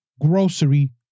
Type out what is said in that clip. grocery